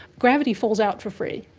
gravity falls out for free.